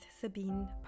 Sabine